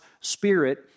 Spirit